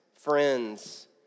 friends